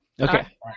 Okay